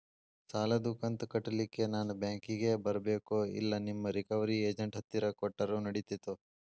ಸಾಲದು ಕಂತ ಕಟ್ಟಲಿಕ್ಕೆ ನಾನ ಬ್ಯಾಂಕಿಗೆ ಬರಬೇಕೋ, ಇಲ್ಲ ನಿಮ್ಮ ರಿಕವರಿ ಏಜೆಂಟ್ ಹತ್ತಿರ ಕೊಟ್ಟರು ನಡಿತೆತೋ?